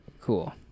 Cool